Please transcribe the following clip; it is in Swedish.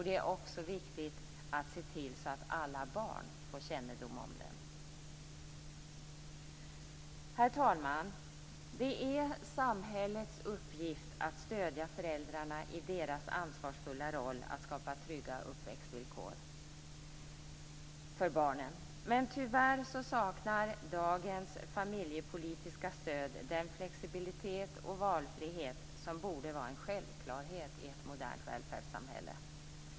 Det är också viktigt att se till så att alla barn får kännedom om den. Herr talman! Det är samhällets uppgift att stödja föräldrarna i deras ansvarsfulla roll att skapa trygga uppväxtvillkor för barnen, men tyvärr saknar dagens familjepolitiska stöd den flexibilitet och valfrihet som borde vara en självklarhet i ett modernt välfärdssamhälle.